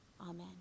Amen